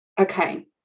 Okay